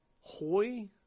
Hoy